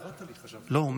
קראת לי, חשבתי, לא.